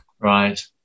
Right